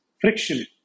friction